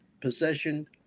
possession